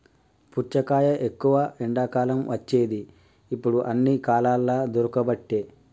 పుచ్చకాయ ఎక్కువ ఎండాకాలం వచ్చేది ఇప్పుడు అన్ని కాలాలల్ల దొరుకబట్టె